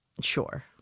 sure